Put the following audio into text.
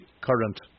current